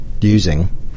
using